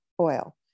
Oil